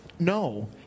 No